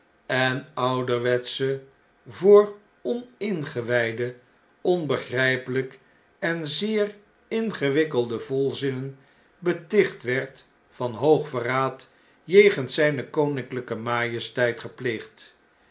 en ouderwetsche voor oningewijden onbegrijpelflk en zeer ingewikkelde volzinnen beticht werd van hoogin londen en parijs verraad jegens zijne koninkljjke majesteit gepleegd